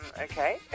okay